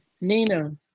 Nina